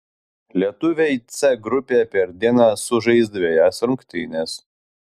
lietuviai c grupėje per dieną sužais dvejas rungtynes